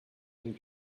him